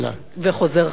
וחוזר חלילה.